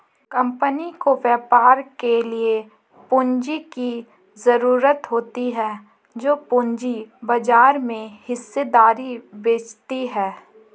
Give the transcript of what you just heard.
company को व्यापार के लिए पूंजी की ज़रूरत होती है जो पूंजी बाजार में हिस्सेदारी बेचती है